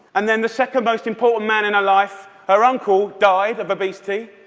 and then the second most important man in her life, her uncle, died of obesity,